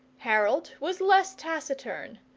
harold was less taciturn.